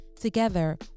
Together